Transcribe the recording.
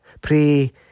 Pray